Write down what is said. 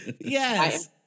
Yes